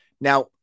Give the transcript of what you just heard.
Now